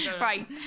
Right